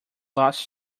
lost